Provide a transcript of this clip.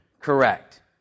correct